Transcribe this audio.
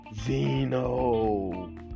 Zeno